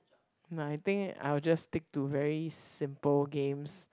no I think I will just stick to very simple games